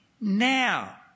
now